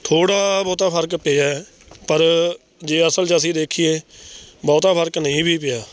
ਥੋੜ੍ਹਾ ਬਹੁਤ ਫ਼ਰਕ ਪਿਆ ਫ਼ਰਕ ਨਹੀਂ ਵੀ ਪਿਆ